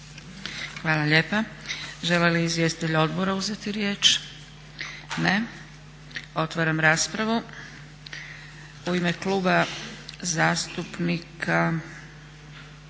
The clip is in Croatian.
Hvala lijepa. Žele li izvjestitelji odbora uzeti riječ? Ne. Otvaram raspravu. U ime Kluba zastupnika,